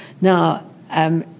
Now